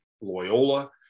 Loyola